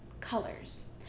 colors